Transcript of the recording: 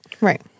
Right